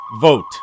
Vote